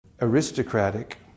aristocratic